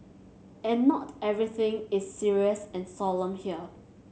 and not everything is serious and solemn here